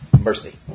mercy